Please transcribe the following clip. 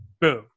boom